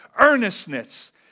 Earnestness